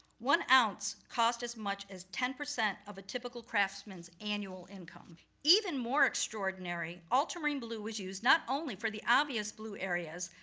one ounce cost as much as ten percent of a typical craftsman's annual income. even more extraordinary, ultramarine blue was used, not only for the obvious blue areas,